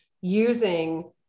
using